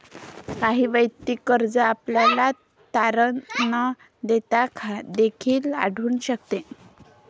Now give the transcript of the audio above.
काही वैयक्तिक कर्ज आपल्याला तारण न घेता देखील आढळून शकते